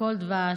הכול דבש,